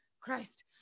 Christ